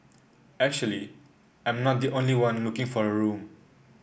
actually I'm not the only one looking for a room